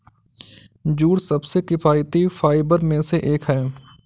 jute सबसे किफायती fibre में से एक है